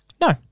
No